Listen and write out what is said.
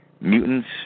Mutants